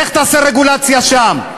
לך תעשה רגולציה שם.